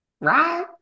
Right